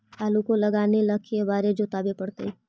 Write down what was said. आलू के लगाने ल के बारे जोताबे पड़तै?